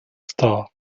star